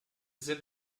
sind